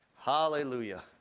Hallelujah